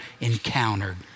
encountered